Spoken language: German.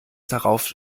darauf